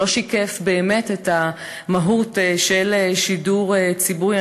שלא שיקף באמת את המהות של שידור ציבורי.